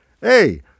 Hey